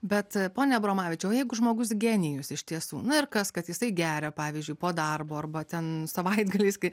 bet pone abromavičiauo jeigu žmogus genijus iš tiesų na ir kas kad jisai geria pavyzdžiui po darbo arba ten savaitgaliais kai